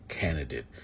candidate